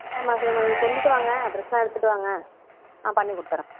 சரிம்மா சரிம்மா நீங்கள் கொண்டுகிட்டு வாங்க ட்ரெஸெல்லாம் எடுத்துவிட்டு வாங்க நான் பண்ணி கொடுத்தறேன்